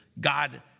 god